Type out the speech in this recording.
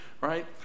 right